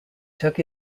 took